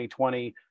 2020